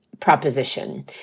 Proposition